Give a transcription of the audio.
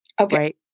Okay